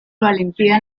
valentía